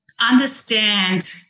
understand